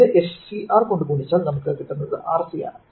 ഇത് SCR കൊണ്ട് ഗുണിച്ചാൽ നമുക്ക് കിട്ടുന്നത് RC ആണ്